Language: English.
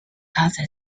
other